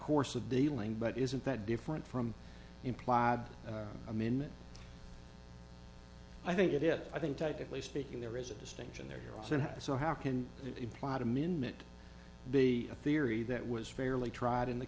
course of dealing but isn't that different from implied amendment i think it is i think technically speaking there is a distinction there so how can you plot a minute to be a theory that was fairly tried in the